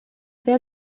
fer